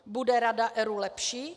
Bude rada ERÚ lepší?